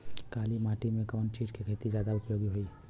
काली माटी में कवन चीज़ के खेती ज्यादा उपयोगी होयी?